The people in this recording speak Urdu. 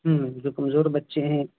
جو کمزور بچے ہیں